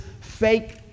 fake